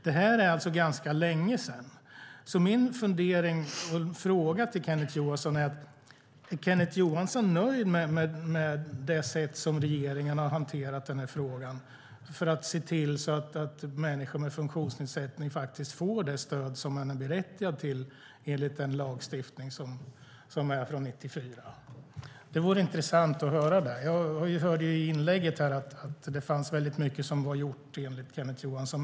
Detta är ganska länge sedan. Min fundering och fråga till Kenneth Johansson är: Är Kenneth Johansson nöjd med det sätt som regeringen har hanterat frågan för att se till att människor med funktionsnedsättning får det stöd som de är berättigade till enligt lagstiftningen från 1994? Det vore intressant att höra det. Jag hörde i inlägget att det fanns väldigt mycket som var gjort enligt Kenneth Johansson.